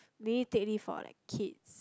maybe take leave for like kids